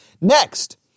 Next